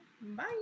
Bye